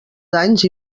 danys